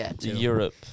Europe